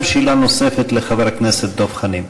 וגם שאלה נוספת לחבר הכנסת דב חנין.